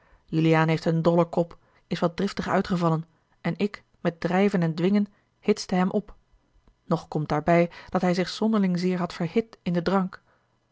juliaan heeft een dollen kop is wat driftig uitgevallen en ik met drijven en dwingen hitste hem op nog komt daarbij dat hij zich zonderling zeer had verhit in den drank